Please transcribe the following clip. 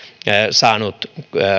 saanut